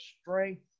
strength